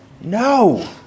No